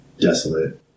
desolate